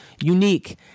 unique